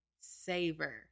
savor